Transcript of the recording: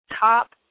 top